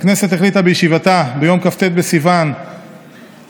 הכנסת החליטה בישיבתה ביום כ"ט בסיוון התשפ"א,